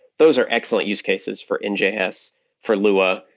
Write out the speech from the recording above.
those are excellent use cases for and yeah njs, for lua,